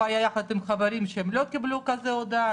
הוא היה יחד עם חברים שהם לא קיבלו כזאת הודעה.